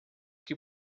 que